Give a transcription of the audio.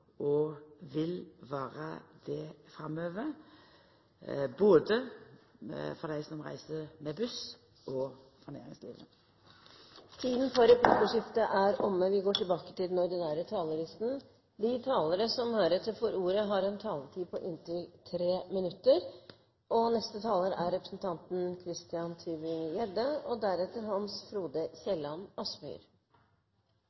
og vil vera det framover, både for dei som reiser med buss, og for næringslivet. Replikkordskiftet er omme. De talere som heretter får ordet, har en taletid på inntil 3 minutter. Jeg skal bare nevne et par–tre forhold som hoppes over. Det første: Det er forventet en enorm befolkningsvekst i både Oslo og Akershus. Det er